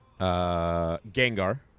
Gengar